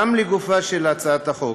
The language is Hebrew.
גם לגופה של הצעת החוק